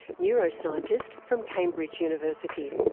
neuroscientist from cambridge university.